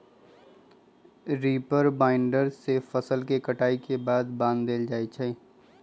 reaper binder से फसल के कटाई के बाद बान देल जाई छई